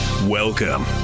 Welcome